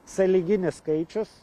sąlyginis skaičius